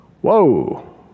Whoa